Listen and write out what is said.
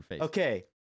okay